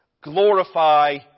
glorify